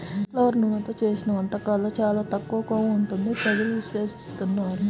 sun flower నూనెతో చేసిన వంటకాల్లో చాలా తక్కువ కొవ్వు ఉంటుంది ప్రజలు విశ్వసిస్తున్నారు